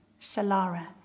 Salara